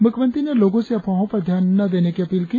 मुख्यमंत्री ने लोगों से अफवाहों पर ध्यान न देने की अपील की